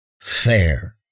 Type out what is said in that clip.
fair